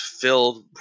filled